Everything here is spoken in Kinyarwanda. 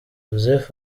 joseph